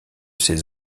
ces